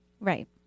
Right